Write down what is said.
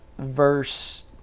Verse